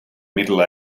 middle